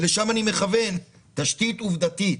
להתייחס לתשתיות עובדתיות.